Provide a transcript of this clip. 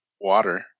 water